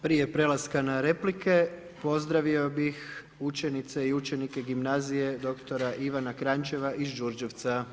Prije prelaska na replike, pozdravio bih učenike i učenice gimnazije Dr. Ivana Kranjčeva iz Đurđevca.